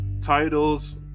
Titles